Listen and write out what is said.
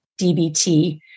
DBT